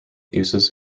uses